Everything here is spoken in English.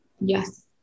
Yes